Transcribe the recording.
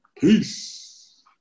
Peace